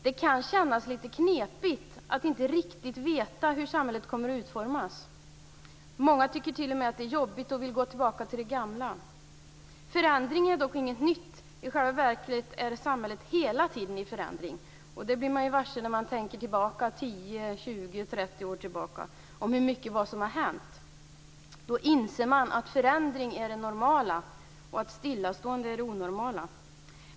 Det kan kännas lite knepigt att inte riktigt veta hur samhället kommer att utformas. Många tycker t.o.m. att det är jobbigt och vill gå tillbaka till det gamla. Förändring är dock inget nytt. I själva verket är samhället hela tiden i förändring. Det blir man ju varse när man tänker tillbaka 10, 20, 30 år i tiden. Då blir man varse hur mycket som har hänt. Då inser man att förändring är det normala och att stillastående är det onormala.